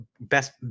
best